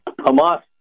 Hamas